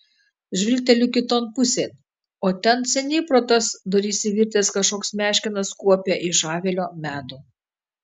žvilgteliu kiton pusėn o ten seniai pro tas duris įvirtęs kažkoks meškinas kuopia iš avilio medų